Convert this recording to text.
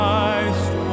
Christ